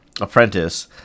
apprentice